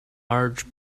large